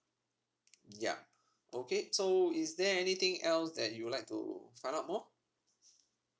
ya okay so is there anything else that you would like to find out more